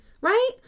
right